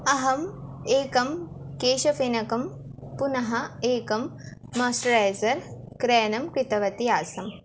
अहम् एकं केशफेनकं पुनः एकं माश्चरैज़र् क्रयणं कृतवती आसं्म्